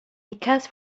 because